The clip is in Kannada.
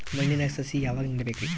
ಮಣ್ಣಿನಾಗ ಸಸಿ ಯಾವಾಗ ನೆಡಬೇಕರಿ?